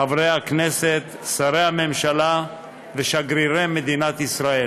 חברי הכנסת, שרי הממשלה ושגרירי מדינת ישראל.